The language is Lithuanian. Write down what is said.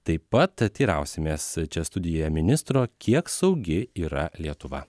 taip pat teirausimės čia studijoje ministro kiek saugi yra lietuva